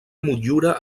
motllura